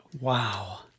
Wow